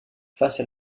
face